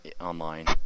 online